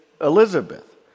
Elizabeth